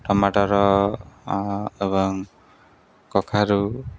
ଟମାଟର ଏବଂ କଖାରୁ